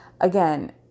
Again